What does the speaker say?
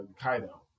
Kaido